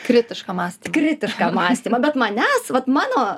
kritišką mąstymą kritišką mąstymą bet manęs vat mano